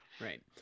Right